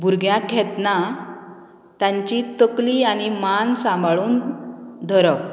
भुरग्याक घेतना तांची तकली आनी मान सांबाळून धरप